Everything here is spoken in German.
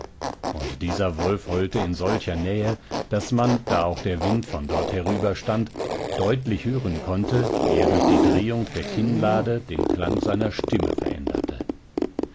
und dieser wolf heulte in solcher nähe daß man da auch der wind von dort herüber stand deutlich hören konnte wie er durch die drehung der kinnlade den klang seiner stimme veränderte